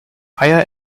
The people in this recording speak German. beyer